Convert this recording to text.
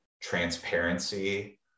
transparency